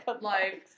life